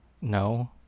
No